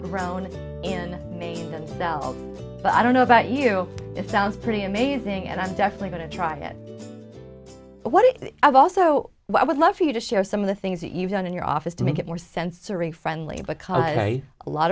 grown in maine and i don't know about you it sounds pretty amazing and i'm definitely going to try what i've also i would love for you to share some of the things that you've done in your office to make it more sensory friendly because a lot